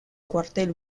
cuartel